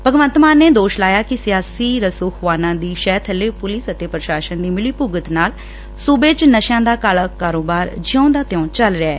ਭਗਵੰਤ ਮਾਨ ਨੇ ਦੋਸ਼ ਲਗਾਇਆ ਕਿ ਸਿਆਸੀ ਰਸੁਖਵਾਨਾਂ ਦੀ ਸ਼ਹਿ ਬੱਲੇ ਪੁਲਸ ਅਤੇ ਪੁਸ਼ਾਸਨ ਦੀ ਮਿਲੀਭੁਗਤ ਨਾਲ ਸੁਬੇ ਚ ਨਸ਼ਿਆਂ ਦਾ ਕਾਲਾ ਕਾਰੋਬਾਰ ਜਿਉਂ ਦਾ ਤਿਉਂ ਚੱਲ ਰਿਹੈ